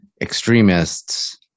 extremists